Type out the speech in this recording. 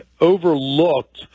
overlooked